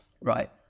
right